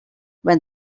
when